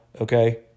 okay